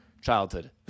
childhood